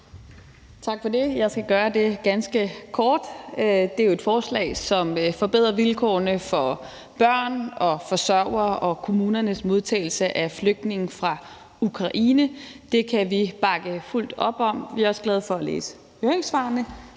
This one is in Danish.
Tak for det. Jeg skal gøre det ganske kort. Det er jo et forslag, som forbedrer vilkårene for børn og forsørgere og kommunernes modtagelse af flygtninge fra Ukraine. Det kan vi bakke fuldt op om. Vi er også glade for at læse